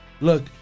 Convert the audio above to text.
Look